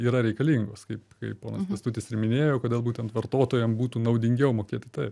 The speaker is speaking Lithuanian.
yra reikalingos kaip kaip ponas kęstutis ir minėjo kodėl būtent vartotojam būtų naudingiau mokėti taip